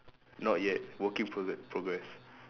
not yet working prosse~ progress